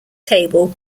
table